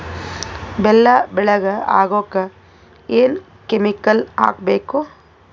ಬೆಲ್ಲ ಬೆಳಗ ಆಗೋಕ ಏನ್ ಕೆಮಿಕಲ್ ಹಾಕ್ಬೇಕು?